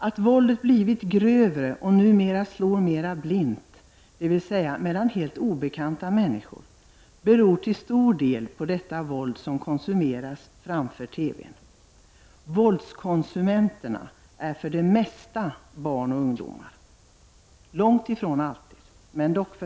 Att våldet blivit grövre och numera slår mera blint, dvs. uppstår mellan människor som är helt obekanta för varandra, beror till stor del på det våld som konsumeras framför TVn. Våldskonsumenterna är för det mesta barn och ungdomar.